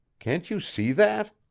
can't you see that?